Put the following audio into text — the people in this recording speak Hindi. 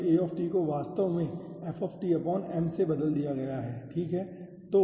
तो a को वास्तव में Fm से बदल दिया गया है ठीक है